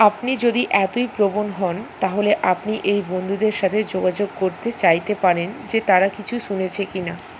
আপনি যদি এতই প্রবণ হন তাহলে আপনি এই বন্ধুদের সাথে যোগাযোগ করতে চাইতে পারেন যে তারা কিছু শুনেছে কি না